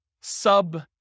sub